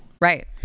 Right